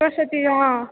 सरस्वती हँ